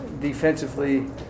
Defensively